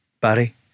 Barry